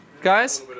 guys